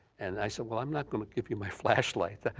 and i said well, i'm not gonna give you my flashlight,